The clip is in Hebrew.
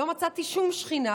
לא מצאתי שום שכינה.